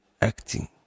acting